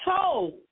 told